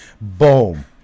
Boom